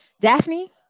Daphne